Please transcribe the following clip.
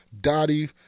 Dottie